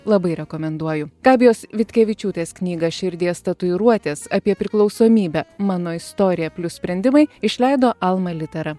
labai rekomenduoju gabijos vitkevičiūtės knygą širdies tatuiruotės apie priklausomybę mano istorija plius sprendimai išleido alma litera